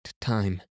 time